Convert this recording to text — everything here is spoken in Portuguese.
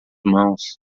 mãos